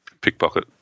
pickpocket